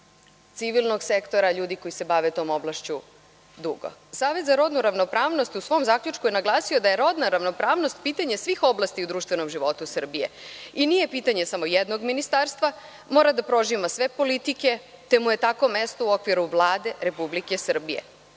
civilnog sektora, ljudi koji se bave tom oblašću dugo, znači, u svom zaključku je naglasio da je rodna ravnopravnost pitanje svih oblasti u društvenom životu Srbije. I nije pitanje samo jednog ministarstva, mora da prožima sve politike, te mu je tako mesto u okviru Vlade Republike Srbije. Uprava